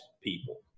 people